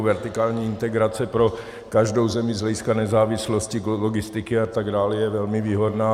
Vertikální integrace pro každou zemi z hlediska nezávislosti, logistiky a tak dále je velmi výhodná.